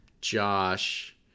Josh